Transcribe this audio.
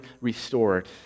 restored